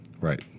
Right